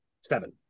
Seven